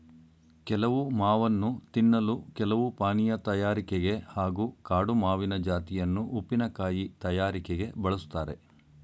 ಕೆಲವು ಮಾವನ್ನು ತಿನ್ನಲು ಕೆಲವು ಪಾನೀಯ ತಯಾರಿಕೆಗೆ ಹಾಗೂ ಕಾಡು ಮಾವಿನ ಜಾತಿಯನ್ನು ಉಪ್ಪಿನಕಾಯಿ ತಯಾರಿಕೆಗೆ ಬಳುಸ್ತಾರೆ